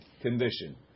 condition